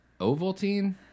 Ovaltine